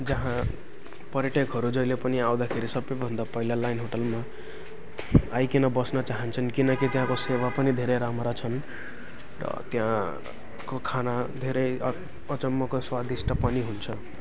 जहाँ पर्यटकहरू जहिले पनि आउँदाखेरि सबैभन्दा पहिला लाइन होटेलमा आइकिन बस्न चाहन्छन् किनकि त्यहाँको सेवा पनि धेरै राम्रा छन् र त्यहाँको खाना धेरै अचम्मको स्वादिष्ट पनि हुन्छ